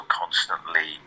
constantly